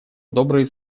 добрые